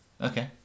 Okay